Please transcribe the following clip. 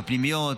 בפנימיות,